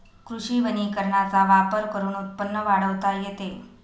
कृषी वनीकरणाचा वापर करून उत्पन्न वाढवता येते